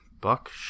Buck